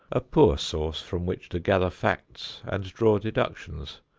a poor source from which to gather facts and draw deductions,